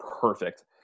perfect